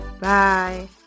Bye